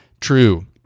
true